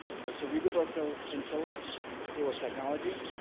dr. rigoberto chinchilla from the school of technology,